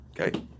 Okay